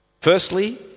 Firstly